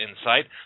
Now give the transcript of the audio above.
insight